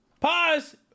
Pause